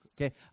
Okay